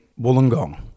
Wollongong